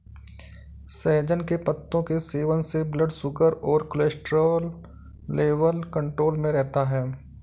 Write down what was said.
सहजन के पत्तों के सेवन से ब्लड शुगर और कोलेस्ट्रॉल लेवल कंट्रोल में रहता है